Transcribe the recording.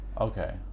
Okay